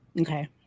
Okay